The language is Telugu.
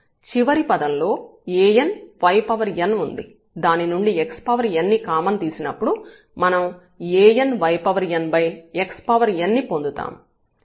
చివరి పదం లో anyn ఉంది దాని నుండి xnని కామన్ తీసినప్పుడు మనం anynxn ని పొందుతాము